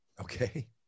Okay